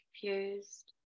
confused